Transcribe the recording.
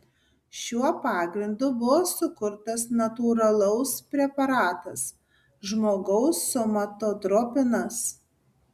šiuo pagrindu buvo sukurtas natūralaus preparatas žmogaus somatotropinas